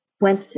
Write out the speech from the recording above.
went